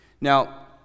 Now